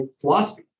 philosophy